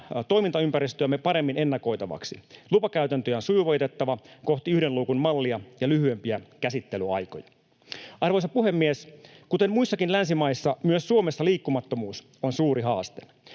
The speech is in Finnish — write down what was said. toimintaympäristöämme paremmin ennakoitavaksi. Lupakäytäntöjä on sujuvoitettava kohti yhden luukun mallia ja lyhyempiä käsittelyaikoja. Arvoisa puhemies! Kuten muissakin länsimaissa, myös Suomessa liikkumattomuus on suuri haaste.